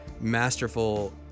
masterful